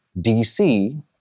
DC